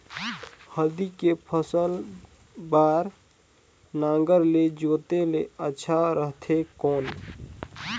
हल्दी के फसल बार नागर ले जोते ले अच्छा रथे कौन?